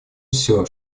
все